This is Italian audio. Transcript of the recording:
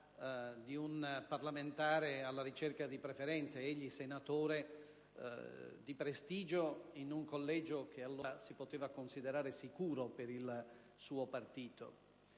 di un parlamentare alla ricerca di preferenze. Egli, senatore di prestigio in un collegio che allora si poteva considerare sicuro per il suo partito,